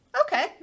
okay